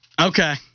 Okay